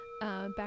Back